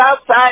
outside